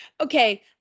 okay